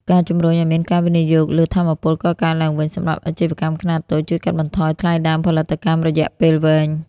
ការជំរុញឱ្យមានការវិនិយោគលើ "ថាមពលកកើតឡើងវិញ" សម្រាប់អាជីវកម្មខ្នាតតូច ជួយកាត់បន្ថយថ្លៃដើមផលិតកម្មរយៈពេលវែង។